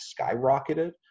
skyrocketed